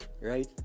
right